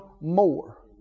more